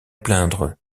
plaindre